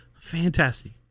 Fantastic